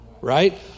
right